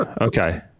Okay